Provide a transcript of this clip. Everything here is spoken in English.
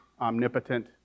omnipotent